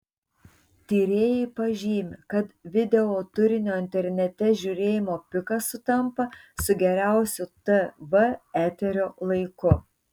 tyrėjai pažymi kad videoturinio internete žiūrėjimo pikas sutampa su geriausiu tv eterio laiku